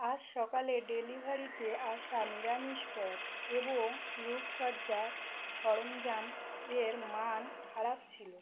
আজ সকালে ডেলিভারিতে আসা নিরামিষ পদ এবং রূপসজ্জার সরঞ্জাম এর মান খারাপ ছিলো